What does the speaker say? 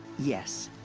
yes.